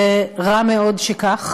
ורע מאוד שכך.